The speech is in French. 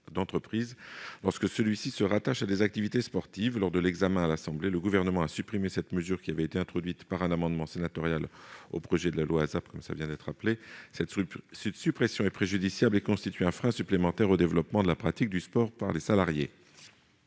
lorsque celui-ci se rattache à des activités sportives. Lors de l'examen à l'Assemblée nationale, le Gouvernement a supprimé cette mesure qui avait été introduite par un amendement sénatorial au projet de loi ASAP. Cette suppression est préjudiciable et constitue un frein supplémentaire au développement de la pratique du sport par les salariés.